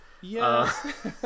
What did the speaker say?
Yes